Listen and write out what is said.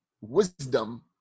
wisdom